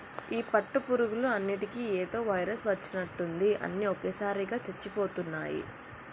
ఈ పట్టు పురుగులు అన్నిటికీ ఏదో వైరస్ వచ్చినట్టుంది అన్ని ఒకేసారిగా చచ్చిపోతున్నాయి